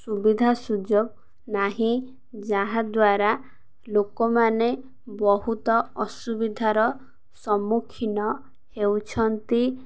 ସୁବିଧା ସୁଯୋଗ ନାହିଁ ଯାହାଦ୍ୱାରା ଲୋକମାନେ ବହୁତ ଅସୁବିଧାର ସମ୍ମୁଖୀନ ହେଉଛନ୍ତି